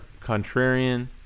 contrarian